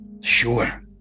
sure